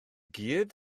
gyd